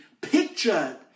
pictured